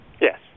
Yes